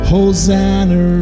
Hosanna